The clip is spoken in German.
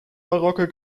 barocke